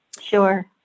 Sure